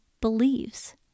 believes